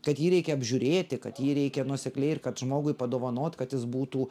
kad jį reikia apžiūrėti kad jį reikia nuosekliai ir kad žmogui padovanot kad jis būtų